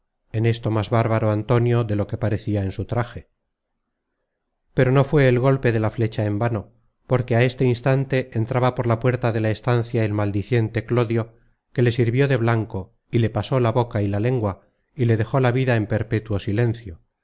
la content from google book search generated at garganta en esto más bárbaro antonio de lo que parecia en su traje pero no fué el golpe de la flecha en vano porque á este instante entraba por la puerta de la estancia el maldiciente clodio que le sirvió de blanco y le pasó la boca y la lengua y le dejó la vida en perpétuo silencio